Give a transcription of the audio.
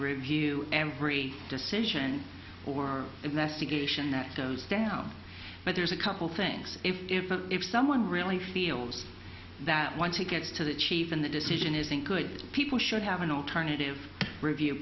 review every decision or investigate action that goes down but there's a couple things if if the if someone really feels that once he gets to the chief in the decision isn't good people should have an alternative review